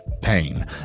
pain